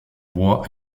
bois